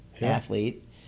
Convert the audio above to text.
athlete